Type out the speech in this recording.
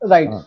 Right